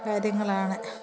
കാര്യങ്ങളാണ്